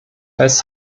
als